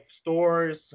stores